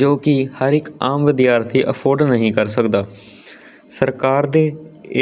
ਜੋ ਕਿ ਹਰ ਇੱਕ ਆਮ ਵਿਦਿਆਰਥੀ ਅਫੋਡ ਨਹੀਂ ਕਰ ਸਕਦਾ ਸਰਕਾਰ ਦੇ